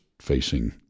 facing